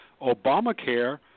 Obamacare